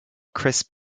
crisp